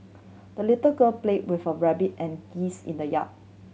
the little girl played with her rabbit and geese in the yard